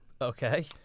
Okay